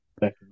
back